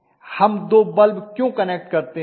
हम दो बल्ब क्यों कनेक्ट करते हैं